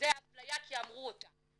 זו אפליה כי אמרו אותה.